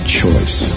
choice